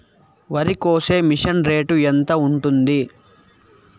వరికోసే machine rate ఎంత ఉంటుంది?